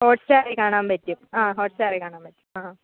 hot സ്റ്റാറിൽ കാണാൻ പറ്റും ആ ഹോട്ട് സ്റ്റാറിൽ കാണാൻ പറ്റും ആ